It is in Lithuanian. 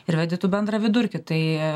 ir vedi tu bendrą vidurkį tai